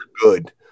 good